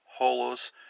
Holos